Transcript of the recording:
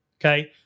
okay